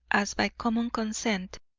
as by common consent,